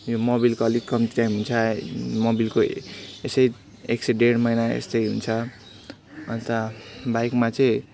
यो मोबिलको अलिक कम्ती टाइम हुन्छ मोबिलको यस्तै एक से डेढ महिना यस्तै हुन्छ अन्त बाइकमा चाहिँ